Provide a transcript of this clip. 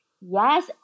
Yes